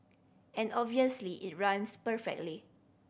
and obviously it rhymes perfectly